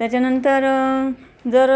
त्याच्यानंतर जर